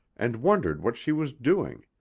and wondered what she was doing,